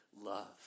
love